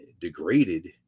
degraded